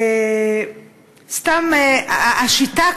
השיטה,